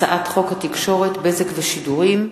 הצעת חוק התקשורת (בזק ושידורים)